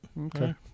Okay